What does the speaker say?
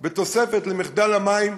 מחדל המים,